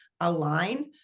align